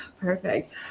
Perfect